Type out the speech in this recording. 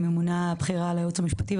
אני מומנה הבכירה על הייעוץ המשפטי,